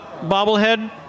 bobblehead